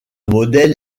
modèle